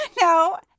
No